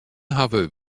hawwe